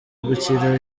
gukira